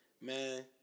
Man